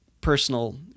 personal